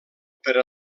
per